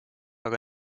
aga